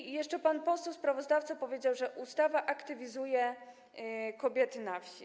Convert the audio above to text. I jeszcze pan poseł sprawozdawca powiedział, że ustawa aktywizuje kobiety na wsi.